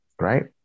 right